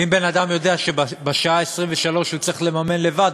ואם בן-אדם יודע שאת השעה ה-23 הוא צריך לממן לבד,